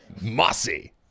Mossy